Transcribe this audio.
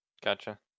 Gotcha